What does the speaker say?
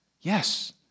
Yes